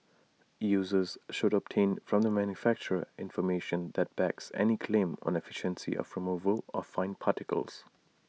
users should obtain from the manufacturer information that backs any claim on efficiency of removal of fine particles